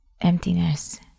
emptiness